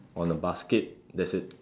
on the basket that's it